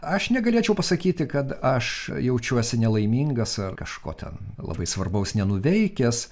aš negalėčiau pasakyti kad aš jaučiuosi nelaimingas ar kažko ten labai svarbaus nenuveikęs